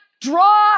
draw